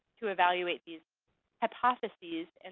to evaluate these hypotheses.